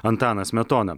antaną smetoną